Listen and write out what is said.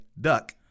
Duck